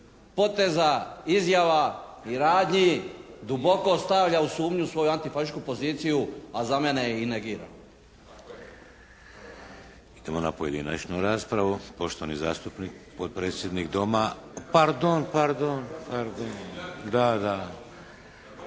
poteza, izjava i radnji duboko stavlja u sumnju svoju antifašističku poziciju, a za mene je i negira.